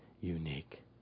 unique